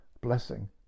blessing